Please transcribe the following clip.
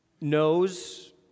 knows